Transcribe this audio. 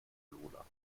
lola